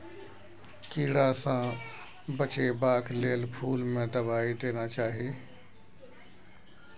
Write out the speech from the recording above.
कीड़ा सँ बचेबाक लेल फुल में दवाई देना चाही